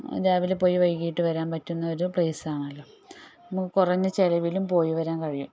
രാവിലെ പോയി വൈകിട്ട് വരാൻ പറ്റുന്നൊരു പ്ലേസ് ആണല്ലോ നമുക്ക് കുറഞ്ഞ ചെലവിലും പോയി വരാൻ കഴിയും